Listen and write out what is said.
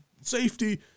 safety